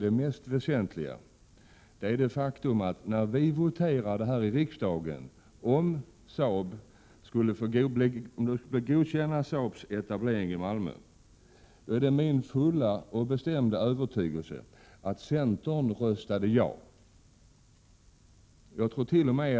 Det mest väsentliga är det faktum att när vi voterade här i riksdagen om godkännande av Saabs etablering i Malmö, röstade centern ja. Det är min fulla och bestämda övertygelse att det förhåller sig på det sättet. Jag trort.o.m.